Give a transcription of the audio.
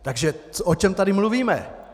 Takže o čem tady mluvíme?